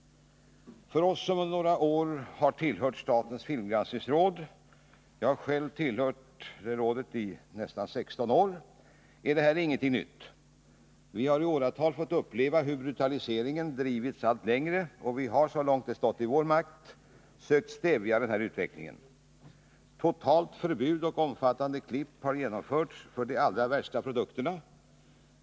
För oss som under några år har tillhört statens filmgranskningsråd — jag har själv gjort det i nästan 16 år — är detta ingenting nytt. Vi har i åratal fått uppleva hur brutaliseringen drivits allt längre, och vi har, så långt det stått i vår makt, sökt stävja denna utveckling. Totalt förbud och omfattande klipp har genomförts för de allra värsta produkterna.